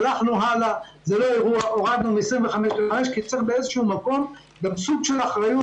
הלכנו הלאה והורדנו מ- 25% ל- 5% כי צריך גם סוג של אחריות